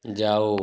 जाओ